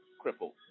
crippled